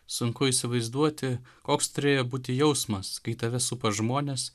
sunku įsivaizduoti koks turėjo būti jausmas kai tave supa žmonės